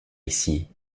ici